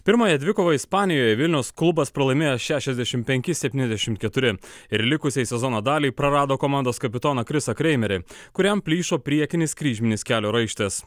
pirmoje dvikovoj ispanijoje vilniaus klubas pralaimėjo šešiasdešimt penki septyniasdešimt keturi ir likusiai sezono daliai prarado komandos kapitoną krisą kreimerį kuriam plyšo priekinis kryžminis kelio raištis